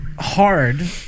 hard